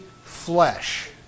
flesh